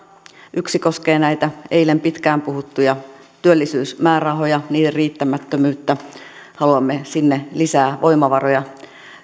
yksi koskee näitä eilen pitkään puhuttuja työllisyysmäärärahoja niiden riittämättömyyttä haluamme sinne lisää voimavaroja